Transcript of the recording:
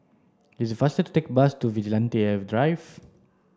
it's faster to take the bus to Vigilante Drive